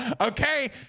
Okay